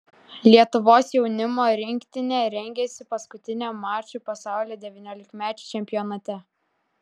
lietuvos jaunimo rinktinė rengiasi paskutiniam mačui pasaulio devyniolikmečių čempionate